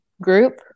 group